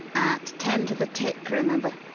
at ten to the tick, remember.